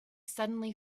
suddenly